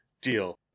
Deal